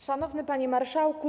Szanowny Panie Marszałku!